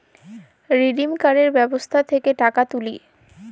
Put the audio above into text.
redeem ক্যরের ব্যবস্থা থাক্যে টাকা কুড়ি